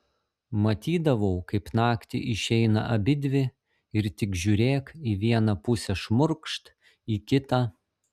matydavau kaip naktį išeina abidvi ir tik žiūrėk į vieną pusę šmurkšt į kitą